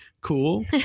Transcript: Cool